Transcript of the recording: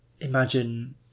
Imagine